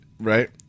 right